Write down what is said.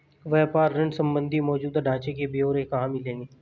व्यापार ऋण संबंधी मौजूदा ढांचे के ब्यौरे कहाँ मिलेंगे?